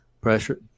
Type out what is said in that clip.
pressure